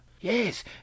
Yes